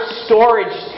storage